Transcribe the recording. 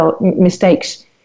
mistakes